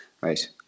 Right